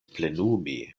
plenumi